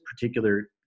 particular